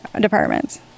departments